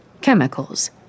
chemicals